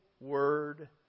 Word